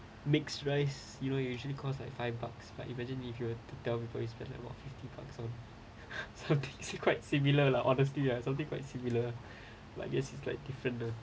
mixed rice you know usually cost like five bucks but imagine if you were to tell people you spend at about fifty bucks on something quite similar lah honestly ya something quite similar lah I guess is like different the